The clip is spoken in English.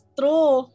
true